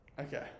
Okay